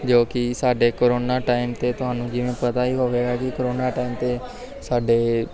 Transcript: ਜੋ ਕਿ ਸਾਡੇ ਕਰੋਨਾ ਟਾਈਮ 'ਤੇ ਤੁਹਾਨੂੰ ਜਿਵੇਂ ਪਤਾ ਹੀ ਹੋਵੇਗਾ ਕਿ ਕਰੋਨਾ ਟਾਈਮ 'ਤੇ ਸਾਡੇ